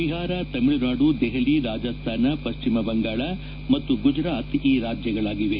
ಬಿಹಾರ ತಮಿಳುನಾಡು ದೆಹಲಿ ರಾಜಸ್ತಾನ ಪಶ್ಲಿಮ ಬಂಗಾಳ ಮತ್ತು ಗುಜರಾತ್ ಈ ರಾಜ್ಞಗಳಾಗಿವೆ